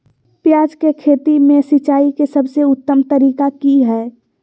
प्याज के खेती में सिंचाई के सबसे उत्तम तरीका की है?